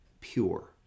pure